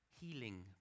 healing